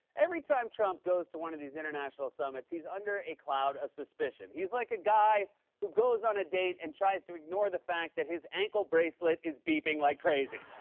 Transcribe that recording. every time trump goes to one of these international summits, he's under a cloud of suspicion. he's like a guy who goes on a date and tries to ignore the fact that his ankle bracelet is beeping like crazy.